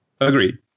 Agreed